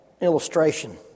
illustration